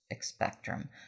spectrum